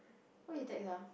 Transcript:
who you text ah